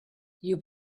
you